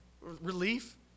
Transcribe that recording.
relief